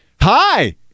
Hi